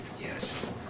Yes